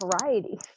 variety